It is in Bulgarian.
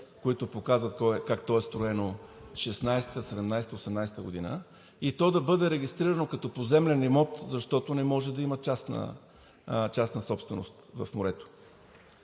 които показват как то е строено 2016-а, 2017-а, 2018 г., и то да бъде регистрирано като поземлен имот, защото не може да има частна собственост в морето,